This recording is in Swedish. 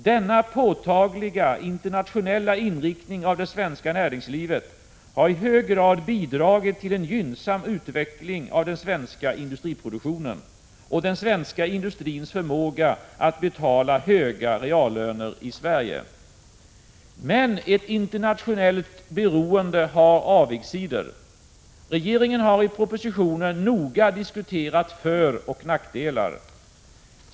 Denna påtagliga internationella inriktning av det svenska näringslivet har i hög grad bidragit till en gynnsam utveckling av den svenska industriproduktionen och den svenska industrins förmåga att betala höga reallöner i Sverige. Men ett internationellt beroende har avigsidor. Regeringen har i propositionen noga diskuterat föroch nackdelar.